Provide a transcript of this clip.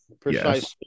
precisely